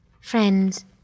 Friends